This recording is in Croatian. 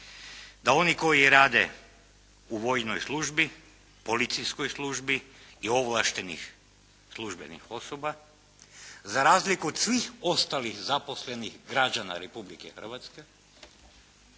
da oni koji rade u vojnoj službi, policijskoj službi i ovlaštenih službenih osoba za razliku od svih ostalih zaposlenih građana Republike Hrvatske